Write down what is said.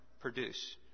produce